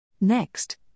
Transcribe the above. Next